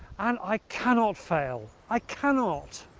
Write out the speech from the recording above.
and i cannot fail, i cannot.